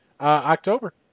October